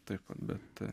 taip va bet